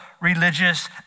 religious